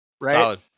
right